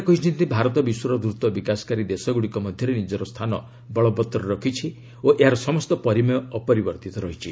ସରକାର କହିଛନ୍ତି ଭାରତ ବିଶ୍ୱର ଦ୍ରତ ବିକାଶକାରୀ ଦେଶଗୁଡ଼ିକ ମଧ୍ୟରେ ନିଜର ସ୍ଥାନ ବଳବତ୍ତର ରଖିବ ଓ ଏହାର ସମସ୍ତ ପରିମେୟ ଅପରିବର୍ତ୍ତ ରହିବ